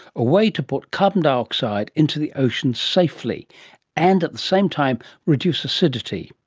a way to put carbon dioxide into the ocean safely and, at the same time, reduce acidity.